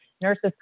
Nurses